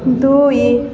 ଦୁଇ